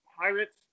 pirates